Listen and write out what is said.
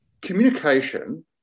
communication